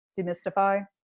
demystify